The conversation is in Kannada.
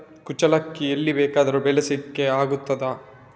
ಕುಚ್ಚಲಕ್ಕಿಯನ್ನು ಎಲ್ಲಿ ಬೇಕಾದರೂ ಬೆಳೆಸ್ಲಿಕ್ಕೆ ಆಗ್ತದ?